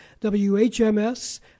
WHMS